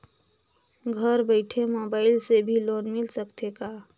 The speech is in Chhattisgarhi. घर बइठे मोबाईल से भी लोन मिल सकथे का?